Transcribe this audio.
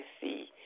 see